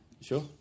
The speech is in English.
Sure